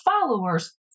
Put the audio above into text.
followers